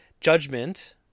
judgment